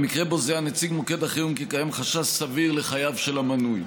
במקרה שבו זיהה נציג מוקד החירום כי קיים חשש סביר לחייו של המנוי.